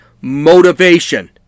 motivation